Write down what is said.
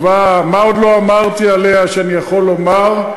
טובה, מה עוד לא אמרתי עליה שאני יכול לומר?